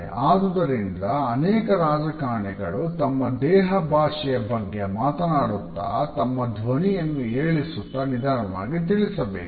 ಆದುದರಿಂದ ಅನೇಕ ರಾಜಕಾರಣಿಗಳು ತಮ್ಮ ದೇಹ ಭಾಷೆಯ ಬಗ್ಗೆ ಮಾತನಾಡುತ್ತ ತಮ್ಮ ಧ್ವನಿಯನ್ನು ಏರಿಳಿಸುತ್ತ ನಿಧಾನವಾಗಿ ತಿಳಿಸಬೇಕು